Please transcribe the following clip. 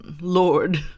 Lord